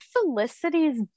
Felicity's